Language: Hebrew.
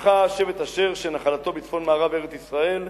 זכה שבט אשר, שנחלתו בצפון מערב ארץ-ישראל,